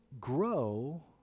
grow